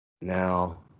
Now